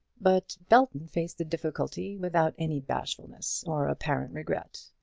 but belton faced the difficulty without any bashfulness or apparent regret.